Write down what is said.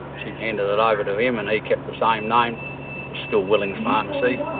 she handed it over to him and he kept the same name still willing's pharmacy.